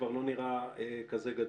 כבר לא נראה כזה גדול.